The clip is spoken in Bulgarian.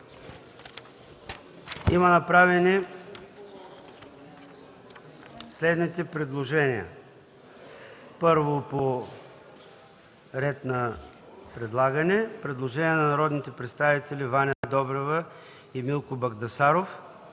Има направени следните предложения. Първо по реда на представяне е предложението на народните представители Ваня Добрева и Милко Багдасаров: